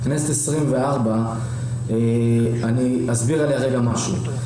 בכנסת העשרים וארבע, אני אסביר עליה רגע משהו.